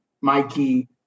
Mikey